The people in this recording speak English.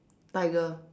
tiger